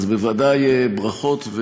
אז בוודאי ברכות.